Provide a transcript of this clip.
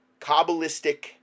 kabbalistic